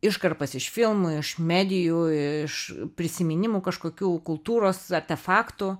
iškarpas iš filmų iš medijų iš prisiminimų kažkokių kultūros artefaktų